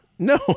no